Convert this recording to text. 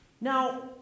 Now